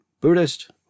Buddhist